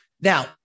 Now